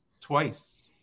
twice